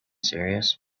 serious